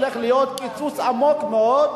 אמרו לנו: הולך להיות קיצוץ עמוק מאוד.